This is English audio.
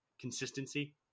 consistency